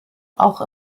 auch